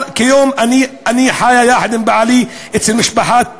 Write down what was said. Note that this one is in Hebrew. אבל כיום אני חיה עם בעלי אצל משפחת בעלי.